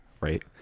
right